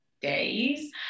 days